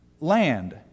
land